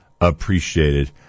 appreciated